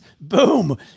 boom